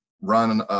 run